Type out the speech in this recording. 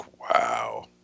Wow